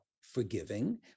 forgiving